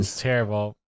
terrible